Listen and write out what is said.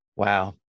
Wow